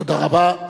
תודה רבה.